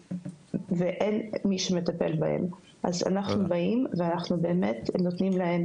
ואין מי שמטפל בהם אז אנחנו באים ואנחנו באמת נותנים להם